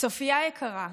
צופיה יקרה,